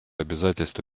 обязательства